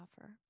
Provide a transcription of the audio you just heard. offer